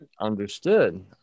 understood